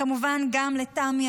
כמובן גם לתמי,